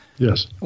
Yes